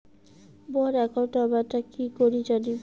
মোর account নাম্বারটা কি করি জানিম?